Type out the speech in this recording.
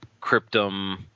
Cryptum